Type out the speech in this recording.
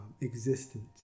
existence